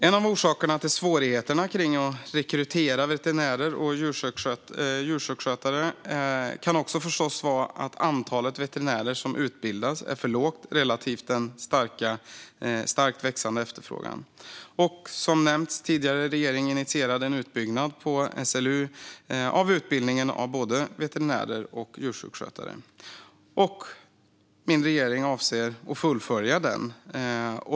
En orsak bakom svårigheterna med att rekrytera veterinärer och djursjukskötare kan förstås också vara att antalet veterinärer som utbildas är för lågt relativt den starkt växande efterfrågan. Som nämnts tidigare har regeringen initierat en utbyggnad av utbildningen av både veterinärer och djursjukskötare på SLU. Min regering avser att fullfölja detta.